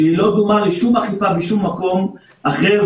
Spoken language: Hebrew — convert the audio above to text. שהיא לא דומה לשום אכיפה בשום מקום אחר,